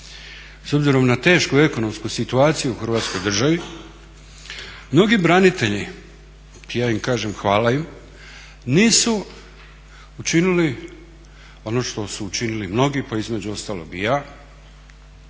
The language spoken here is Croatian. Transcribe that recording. S obzirom na tešku ekonomsku situaciju u Hrvatskoj državi mnogi branitelji, ja im kažem hvala im, nisu učinili ono što su učinili mnogi pa između ostalog i ja,